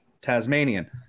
Tasmanian